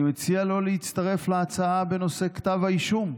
אני מציע לו להצטרף להצעה בנושא כתב האישום.